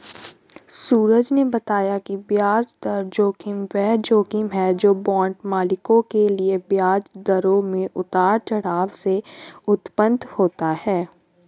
सूरज ने बताया कि ब्याज दर जोखिम वह जोखिम है जो बांड मालिकों के लिए ब्याज दरों में उतार चढ़ाव से उत्पन्न होता है